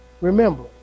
Remember